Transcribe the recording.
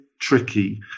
tricky